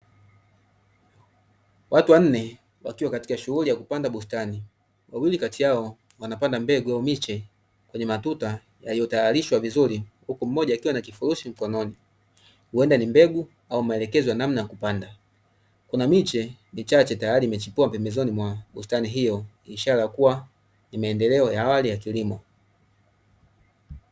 Watu wanne wakiwa katika shughuli ya kupanda bustani, wawili kati yao wanapanda mbegu au miche kwenye matuta yaliyotayarishwa vizuri huku mmoja akiwa na kifurushi mkononi huenda ni mbegu au maelekezo ya namna ya kupanda, kuna miche michache tayari imechipua pembezoni mwa bustani hiyo ishara ya kuwa ni maendeleo ya awali ya kilimo.